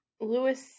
Lewis